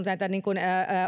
näitä